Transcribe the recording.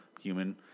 human